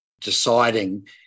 deciding